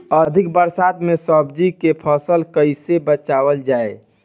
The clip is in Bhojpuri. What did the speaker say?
अधिक बरसात में सब्जी के फसल कैसे बचावल जाय?